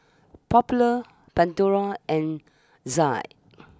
popular Pandora and Za